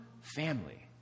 family